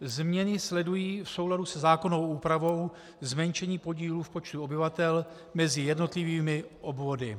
Změny sledují v souladu se zákonnou úpravou zmenšení podílu v počtu obyvatel mezi jednotlivými obvody.